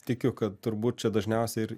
tikiu kad turbūt čia dažniausiai ir